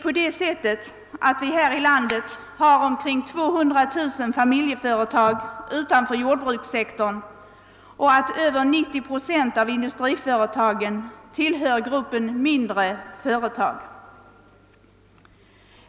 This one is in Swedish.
Vi har här i landet omkring 200 000 familjeföretag utanför jordbrukssektorn, och över 90 procent av industriföretagen tillhör gruppen mindre företag.